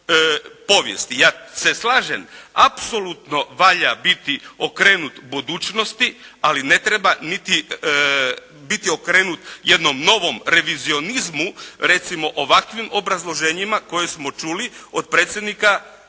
Ja se slažem, apsolutno valja biti okrenut budućnosti, ali ne treba niti biti okrenut jednom novom revizionizmu, recimo ovakvim obrazloženjima koja smo čuli od predsjednika Kluba